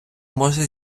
може